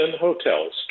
Hotels